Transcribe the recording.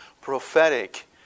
prophetic